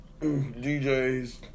DJs